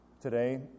today